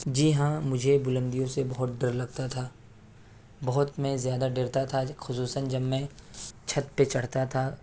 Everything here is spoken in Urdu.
جی ہاں مجھے بلندیوں سے بہت ڈر لگتا تھا بہت میں زیادہ ڈرتا تھا خصوصاً جب میں چھت پہ چڑھتا تھا